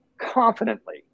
confidently